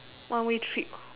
one way trip